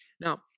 Now